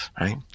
right